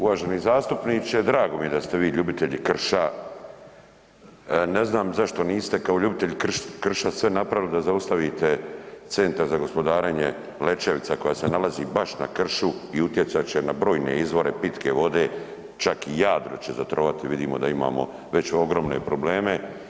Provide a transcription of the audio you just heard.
Uvaženi zastupniče, drago mi je da ste vi ljubitelj krša, ne znam zašto niste kao ljubitelj krša sve napravili da zaustavite Centar za gospodarenje Lećevica koja se nalazi baš na kršu i utjecat će na brojne izvore pitke vode, čak Jadro će zatrovati, vidimo da imamo već ogromne probleme.